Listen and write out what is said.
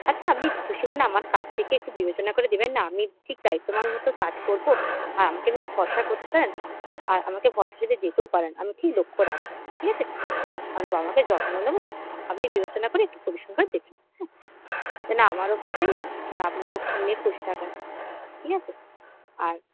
আচ্ছা আপনি খুশি মনে আমার কাজ দেখে একটু বিবেচনা করে দেবেন না আমি ঠিক দায়িত্ববান মতো কাজ করবো আর আমি তো এমনি ভরসা করতে পারেন আর আমাকে ভরসা করে যেতেও পারেন আমি ঠিক লক্ষ্য রাখবো ঠিক আছে আপনার বাবা মাকে যত্ন নেবো আপনি বিবেচনা করে একটু পরিশ্রমটা দেবেন হ্যাঁ যেন আমারও পোষায় আর আপনারও আপনিও খুশি থাকেন ঠিক আছে আর